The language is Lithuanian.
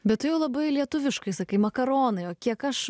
bet tu jau labai lietuviškai sakai makaronai o kiek aš